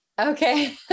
Okay